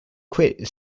quit